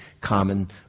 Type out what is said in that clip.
common